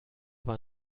war